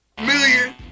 million